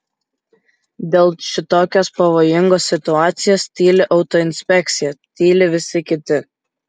dėl šitokios pavojingos situacijos tyli autoinspekcija tyli visi kiti